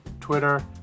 Twitter